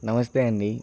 నమస్తే అండీ